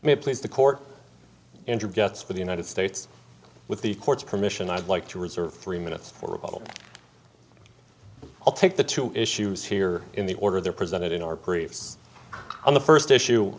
may please the court entered gets for the united states with the court's permission i'd like to reserve three minutes for a bottle i'll take the two issues here in the order they're presented in or briefs on the first issue